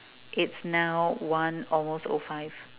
it's now one almost o five